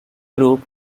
group